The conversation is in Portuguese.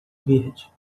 verde